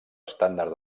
estàndard